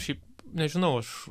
šiaip nežinau aš